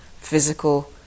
physical